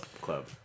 Club